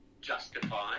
justify